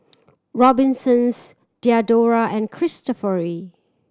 Robinsons Diadora and Cristofori